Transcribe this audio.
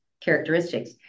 characteristics